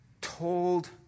told